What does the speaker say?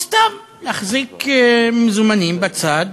או סתם להחזיק מזומנים בצד.